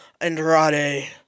Andrade